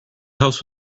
house